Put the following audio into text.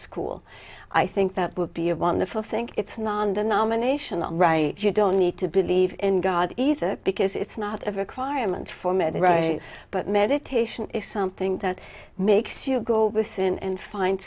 school i think that would be a wonderful thing it's non denominational you don't need to believe in god either because it's not a requirement for medicare but meditation is something that makes you go within and find